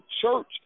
church